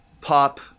pop